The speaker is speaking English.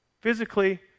Physically